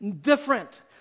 different